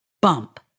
Bump